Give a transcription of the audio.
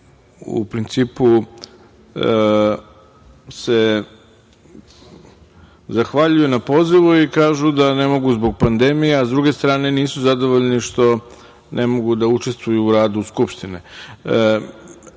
u principu, zahvaljuju se na pozivu i kažu da ne mogu zbog pandemije, a sa druge strane nisu zadovoljni što ne mogu da učestvuju u radu Skupštine,